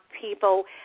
people